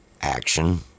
action